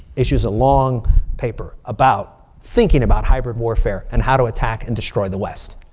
issues a long paper about thinking about hybrid warfare and how to attack and destroy the west.